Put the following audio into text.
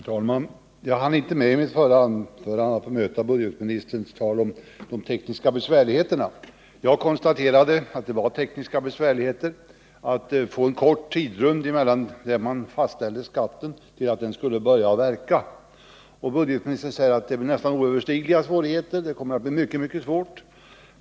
Herr talman! Jag hann i min förra replik inte med att bemöta budgetministerns tal om de tekniska besvärligheterna. Jag konstaterade att det förelåg tekniska svårigheter på grund av den korta tidrymden mellan beslutet om skatterna och den tidpunkt då skatteskalorna skulle börja tillämpas. Budgetministern säger att dessa svårigheter är nästan oöverstigliga.